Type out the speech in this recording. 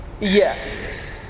Yes